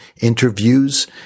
interviews